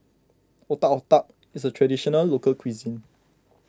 Otak Otak is a Traditional Local Cuisine